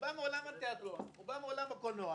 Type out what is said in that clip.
שבא מעולם התיאטרון, מעולם הקולנוע